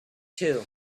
too